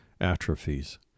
atrophies